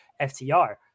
FTR